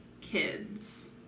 Kids